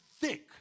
thick